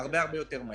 אני לא מתכחש לזה,